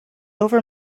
over